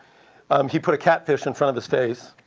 um he put a catfish in front of his face.